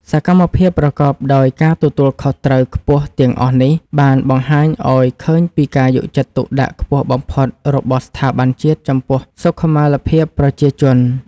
សកម្មភាពប្រកបដោយការទទួលខុសត្រូវខ្ពស់ទាំងអស់នេះ បានបង្ហាញឱ្យឃើញពីការយកចិត្តទុកដាក់ខ្ពស់បំផុតរបស់ស្ថាប័នជាតិចំពោះសុខុមាលភាពប្រជាជន។